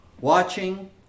watching